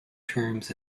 terms